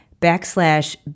backslash